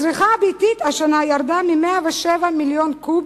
הצריכה הביתית השנה ירדה מ-107 מיליון קוב